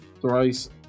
thrice